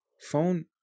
phone